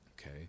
Okay